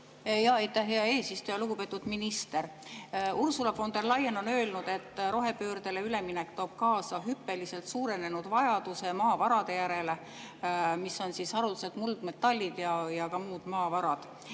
Aitäh, hea eesistuja! Lugupeetud minister! Ursula von der Leyen on öelnud, et rohepöördele üleminek toob kaasa hüppeliselt suurenenud vajaduse maavarade järele, mis on haruldased muldmetallid ja ka muud maavarad.